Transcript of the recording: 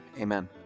amen